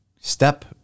step